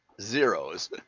zeros